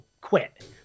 quit